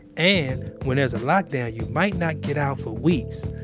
and, when there's a lockdown, you might not get out for weeks.